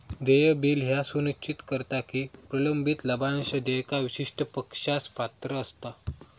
देय बिल ह्या सुनिश्चित करता की प्रलंबित लाभांश देयका विशिष्ट पक्षास पात्र असता